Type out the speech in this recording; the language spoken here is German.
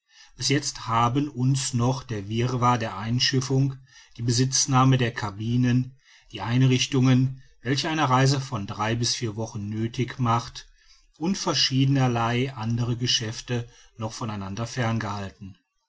bis jetzt haben uns noch der wirrwarr der einschiffung die besitznahme der cabinen die einrichtungen welche eine reise von drei bis vier wochen nöthig macht und verschiedenerlei andere geschäfte noch von einander fern